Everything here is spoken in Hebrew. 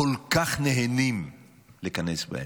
כל כך נהנים להיכנס בהם.